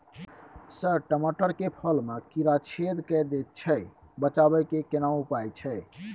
Sir टमाटर के फल में कीरा छेद के दैय छैय बचाबै के केना उपाय छैय?